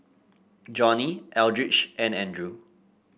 Johnnie Eldridge and Andrew